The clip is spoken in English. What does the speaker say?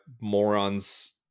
morons